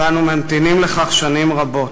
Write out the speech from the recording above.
ואנו ממתינים לכך שנים רבות.